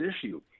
issue